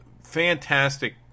fantastic